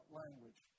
language